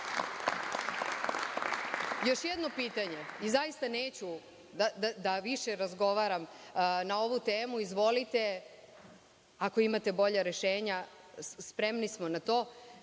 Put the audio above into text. jedno pitanje i zaista neću da više razgovaram na ovu temu, izvolite, ako imate bolja rešenja spremni smo na to,